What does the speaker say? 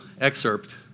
excerpt